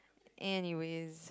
anyways